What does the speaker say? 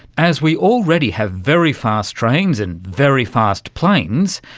as we already have very fast trains and very fast planes,